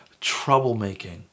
troublemaking